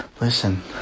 Listen